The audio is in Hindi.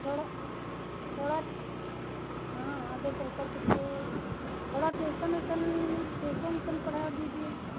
थोड़ा थोड़ा हाँ आगे चलकर कुछ थोड़ा ट्यूसन उसन ट्यूसन उसन पढ़ा दीजिए